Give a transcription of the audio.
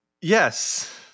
Yes